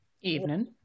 Evening